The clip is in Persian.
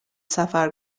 سفر